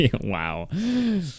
Wow